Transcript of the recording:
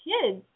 kids